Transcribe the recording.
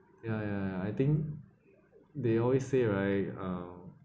ya ya I think they always say right uh